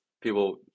people